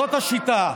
זאת השיטה.